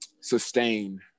sustain